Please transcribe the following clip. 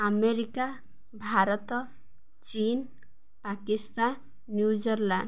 America Bharat ଚୀନ୍ Pakistan New Zealand